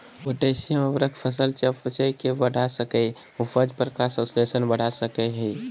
potassium उर्वरक फसल चयापचय के बढ़ा सकई हई, उपज, प्रकाश संश्लेषण बढ़ा सकई हई